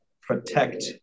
protect